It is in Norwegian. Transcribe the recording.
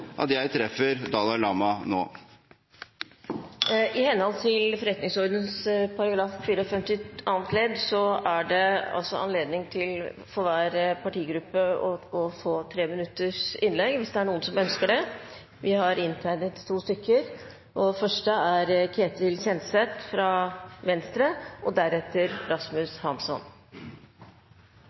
at jeg treffer Dalai Lama nå. I henhold til forretningsordenens § 54 annet ledd er det for hver partigruppe anledning til å få et innlegg på 3 minutter, hvis det er noen som ønsker det.